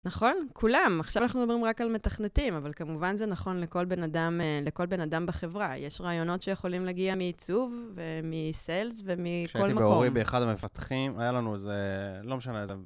נכון? כולם. עכשיו אנחנו מדברים רק על מתכנתים, אבל כמובן זה נכון לכל בן אדם, לכל בן אדם בחברה. יש רעיונות שיכולים להגיע מעיצוב ומסלס ומכל מקום. כשהייתי באורי באחד המפתחים, היה לנו איזה, לא משנה.